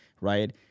right